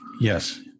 Yes